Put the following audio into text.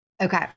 Okay